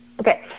Okay